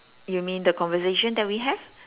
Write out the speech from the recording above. you mean the conversation that we have